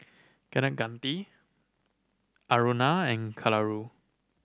Kaneganti Aruna and Kalluri